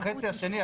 קצת פחות מחצי,